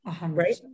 right